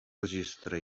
registre